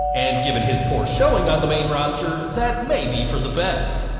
and given his poor showing on the main roster, that may be for the best.